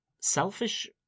selfish